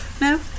No